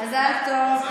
מזל טוב,